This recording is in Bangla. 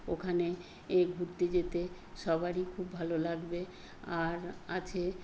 ওখানে এ ঘুরতে যেতে সবারই খুব ভালো লাগবে আর আছে